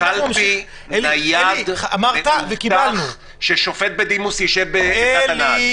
קלפי נייד מאובטח, ששופט בדימוס ישב ויבדוק.